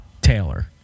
Taylor